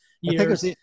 years